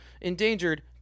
endangered